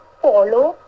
follow